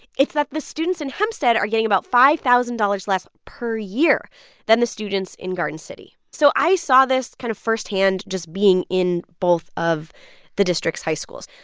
it's that the students in hempstead are getting about five thousand dollars less per year than the students in garden city. so i saw this kind of firsthand, just being in both of the district's high schools.